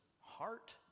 heart